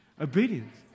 Obedience